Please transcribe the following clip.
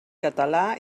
català